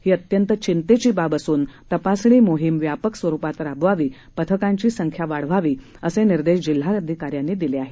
ही अत्यंत घिंतेची बाब असून तपासणी मोहीम व्यापक स्वरूपात राबवावी पथकांची संख्या वाढवावी असे निर्देश जिल्हाधिकाऱ्यांनी दिले आहे